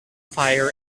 fire